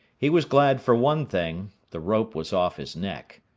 he was glad for one thing the rope was off his neck.